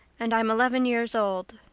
and i'm eleven years old.